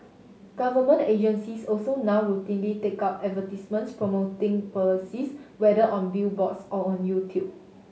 government agencies also now routinely take out advertisements promoting policies whether on billboards or on YouTube